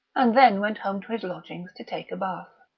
and then went home to his lodgings to take a bath.